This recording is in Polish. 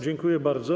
Dziękuję bardzo.